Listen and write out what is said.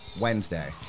Wednesday